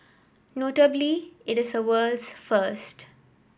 notably it is a world's first